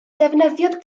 defnyddiodd